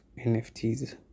NFTs